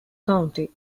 county